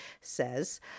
says